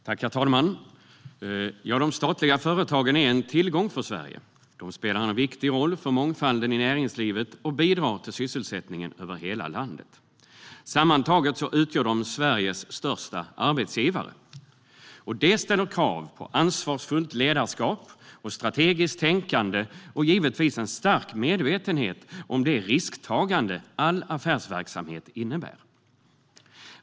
Herr talman! De statliga företagen är en tillgång för Sverige. De spelar en viktig roll för mångfalden i näringslivet och bidrar till sysselsättningen över hela landet. Sammantaget utgör de Sveriges största arbetsgivare. Det ställer krav på ansvarsfullt ledarskap och strategiskt tänkande och givetvis en stark medvetenhet om det risktagande all affärsverksamhet innebär.